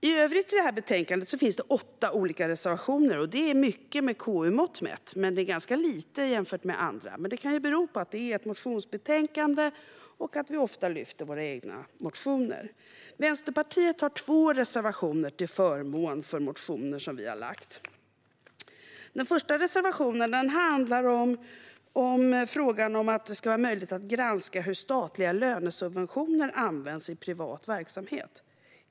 I övrigt i betänkandet finns det åtta olika reservationer. Det är mycket med KU-mått mätt, men det är ganska lite jämfört med andra. Det kan bero på att det är ett motionsbetänkande och att vi ofta lyfter fram våra egna motioner. Vänsterpartiet har två reservationer till förmån för motioner som vi har lagt fram. Vår första reservation handlar om att det ska vara möjligt att granska hur statliga lönesubventioner används i privat verksamhet.